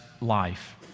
Life